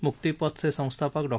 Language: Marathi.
मुक्तिपथ चे संस्थापक डॉ